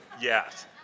yes